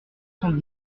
cent